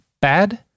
bad